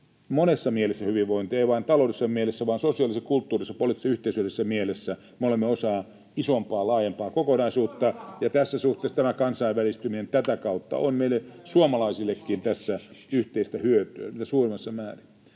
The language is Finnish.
monessa mielessä hyvinvointia, ei vain taloudellisessa mielessä vaan sosiaalisessa, kulttuurisessa, poliittisessa, yhteisöllisessä mielessä, me olemme osa isompaa laajempaa kokonaisuutta, [Mika Niikon välihuuto] ja tässä suhteessa tämä kansainvälistyminen tätä kautta on meille suomalaisillekin tässä yhteistä hyötyä mitä suurimmassa määrin.